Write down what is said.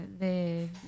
de